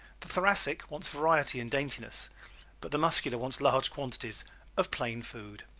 the thoracic wants variety and daintiness but the muscular wants large quantities of plain food.